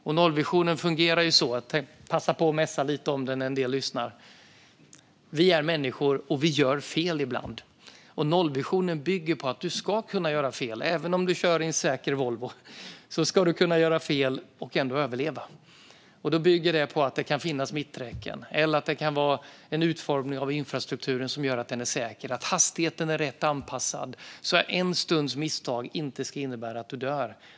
Jag passar på att mässa lite om nollvisionen när en del lyssnar. Vi är människor, och vi gör ibland fel. Nollvisionen bygger på att du ska kunna göra fel. Om du kör i en säker Volvo ska du kunna göra fel och ändå överleva. Det bygger på att det finns mitträcken eller att det är en utformning av infrastrukturen som gör att den är säker. Hastigheten ska vara rätt anpassad så att en stunds misstag inte ska innebära att du dör.